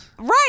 Right